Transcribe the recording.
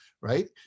right